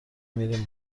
میریم